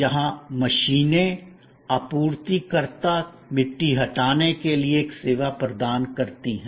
जहां मशीनें आपूर्तिकर्ता मिट्टी हटाने के लिए एक सेवा प्रदान करती हैं